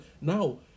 Now